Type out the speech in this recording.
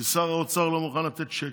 כי שר האוצר לא מוכן לתת שקל,